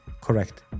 Correct